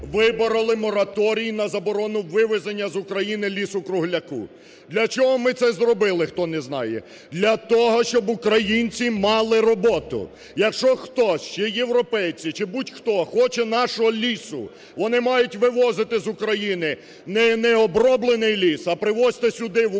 вибороли мораторій на заборону вивезення з України лісу-кругляку. Для чого ми це зробили, хто не знає. Для того, щоб українці мали роботу. Якщо хтось – чи європейці, чи будь-хто – хоче нашого лісу, вони мають вивозити з України не необроблений ліс, а привозьте сюди, в Україну,